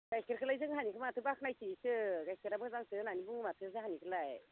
गाइखेरखोलाय जोंहानिखो माथो बाखनायसोयोसो गाइखेरा मोजांसो होनना बुङो माथो जाहानिखोलाय